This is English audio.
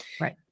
Right